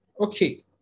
okay